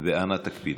אנא, תקפידו.